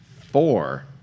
four